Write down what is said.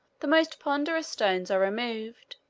the most ponderous stones are removed,